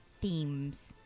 themes